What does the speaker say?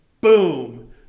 boom